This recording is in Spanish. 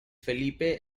felipe